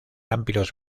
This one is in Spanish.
amplios